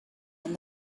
and